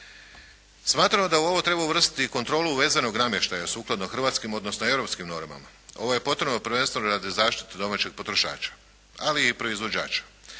Smatramo da u ovo treba uvrstiti i kontrolu uvezenog namještaja sukladno hrvatskim odnosno europskim normama. Ovo je potrebno prvenstveno radi zaštite domaćeg potrošača, ali i proizvođača.